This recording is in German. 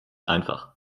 einfach